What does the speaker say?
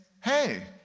hey